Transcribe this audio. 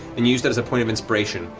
and use that as a point of inspiration.